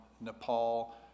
Nepal